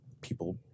people